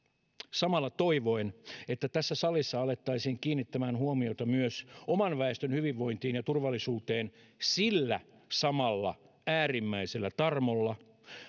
samalla toivoen että tässä salissa alettaisiin kiinnittämään huomiota myös oman väestön hyvinvointiin ja turvallisuuteen sillä samalla äärimmäisellä tarmolla